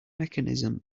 mechanism